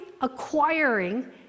acquiring